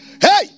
hey